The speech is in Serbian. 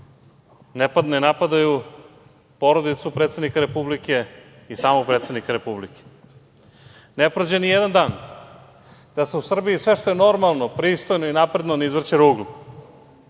ne napadaju porodicu predsednika Republike i samog predsednika Republike. Ne prođe nijedan dan da se u Srbiji sve što je normalno, pristojno i napredno ne izvrće ruglu.